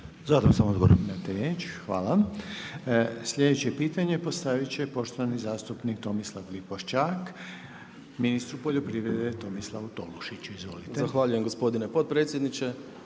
**Reiner, Željko (HDZ)** Hvala. Sljedeće pitanje postavit će poštovani zastupnik Tomislav Lipošćak ministru poljoprivrede Tomislavu Tolušiću. Izvolite. **Lipošćak, Tomislav (HDZ)** Zahvaljujem gospodine potpredsjedniče.